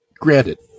Granted